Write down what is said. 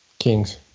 Kings